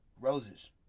Roses